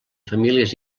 famílies